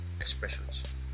expressions